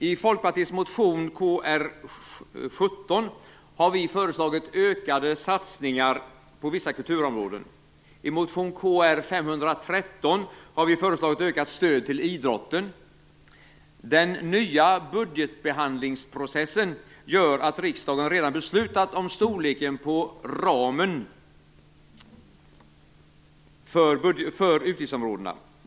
I Folkpartiets motion Kr17 föreslår vi ökade satsningar på vissa kulturområden. I Den nya budgetbehandlingsprocessen gör att riksdagen redan beslutat om storleken på ramen för utgiftsområdena.